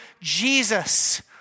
Jesus